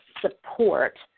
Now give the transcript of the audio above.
support